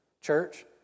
church